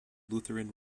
lutheran